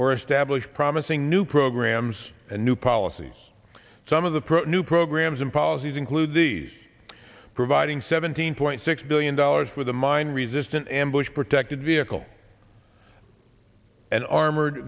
or establish promising new programs and new policies some of the pro new programs and policies include these providing seventeen point six billion dollars for the mine resistant ambush protected vehicle and armored